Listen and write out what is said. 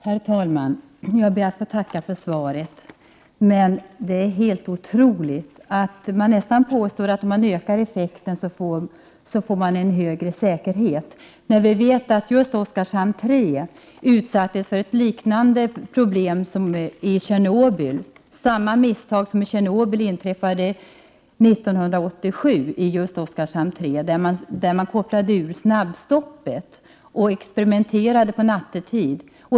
Herr talman! Jag ber att få tacka för svaret. Det är helt otroligt att Birgitta Dahl påstår att säkerheten blir högre om effekten ökar. Vi vet ju att det i Oskarshamn 3 gjordes samma misstag 1987 som i Tjernobyl, där man kopplade ur snabbstoppet och experimenterade nattetid.